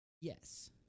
Yes